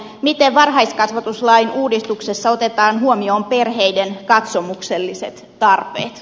miten varhaiskasvatuslain uudistuksessa otetaan huomioon perheiden katsomukselliset tarpeet